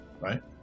Right